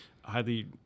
highly